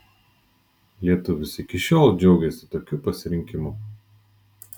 lietuvis iki šiol džiaugiasi tokiu pasirinkimu